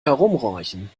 herumreichen